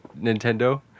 Nintendo